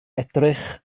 edrych